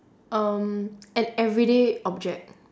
um an everyday object